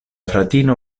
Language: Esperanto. fratino